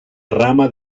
rama